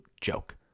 joke